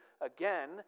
again